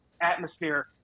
atmosphere